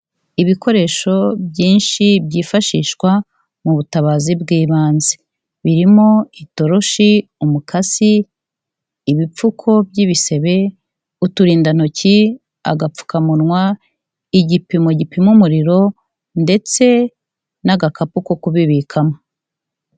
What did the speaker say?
Ibikoresho byinshi byifashishwa mu butabazi bw'ibanze. Birimo: itoroshi, umukasi, ibipfuko by'ibisebe, uturindantoki, agapfukamunwa, igipimo gipima umuriro ndetse n'agakapu ko kubibikamo.